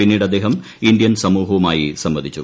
പിന്നീട് അദ്ദേഹം ഇന്ത്യൻ സമൂഹവുമായി സംവദിച്ചു